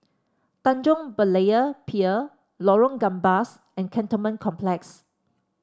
Tanjong Berlayer Pier Lorong Gambas and Cantonment Complex